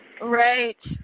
Right